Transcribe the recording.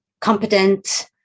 competent